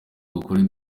dukore